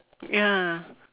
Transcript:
ya